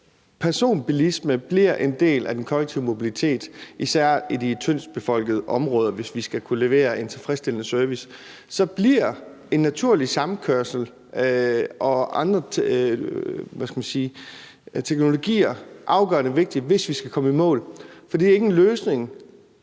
skal. Personbilisme bliver en del af den kollektive mobilitet, især i de tyndt befolkede områder, hvis vi skal kunne levere en tilfredsstillende service. Der bliver en naturlig samkørsel og andre teknologier, kan man sige, afgørende vigtigt, hvis vi skal nå i mål. For det er jo ikke en løsning